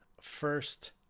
first